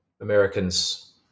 Americans